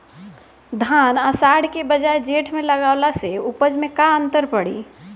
धान आषाढ़ के बजाय जेठ में लगावले से उपज में का अन्तर पड़ी?